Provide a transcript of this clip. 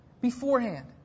beforehand